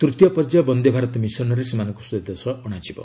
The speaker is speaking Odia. ତୃତୀୟ ପର୍ଯ୍ୟାୟ ବନ୍ଦେ ଭାରତ ମିଶନରେ ସେମାନଙ୍କୁ ସ୍ୱଦେଶ ଅଣାଯିବ